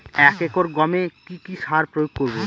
এক একর গমে কি কী সার প্রয়োগ করব?